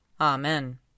Amen